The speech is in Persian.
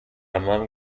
عمم